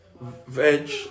Veg